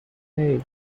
hay